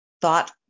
thought